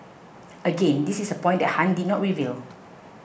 again this is a point that Han did not reveal